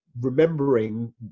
remembering